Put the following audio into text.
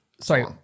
Sorry